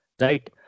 right